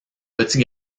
petit